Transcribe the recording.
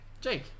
Jake